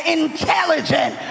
intelligent